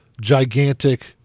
gigantic